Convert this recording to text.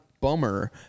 bummer